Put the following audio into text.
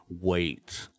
wait